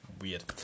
weird